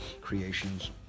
creations